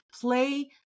play